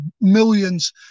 millions